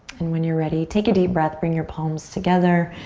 and when you're ready, take a deep breath. bring your palms together,